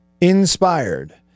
inspired